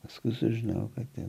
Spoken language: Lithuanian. paskui sužinau apie